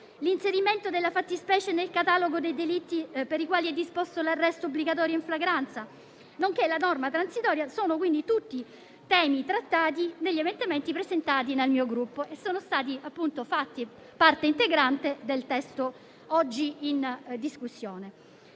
l'inserimento della fattispecie nel catalogo dei delitti per i quali è disposto l'arresto obbligatorio in flagranza, nonché la norma transitoria. Sono tutti temi trattati negli emendamenti presentati dal mio Gruppo che sono stati fatti parte integrante del testo oggi in discussione.